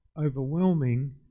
overwhelming